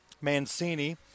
Mancini